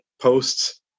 posts